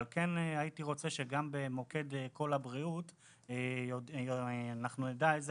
אבל כן הייתי רוצה שגם במוקד קול הבריאות נדע איזה